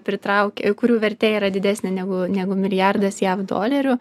pritraukė kurių vertė yra didesnė negu negu milijardas jav dolerių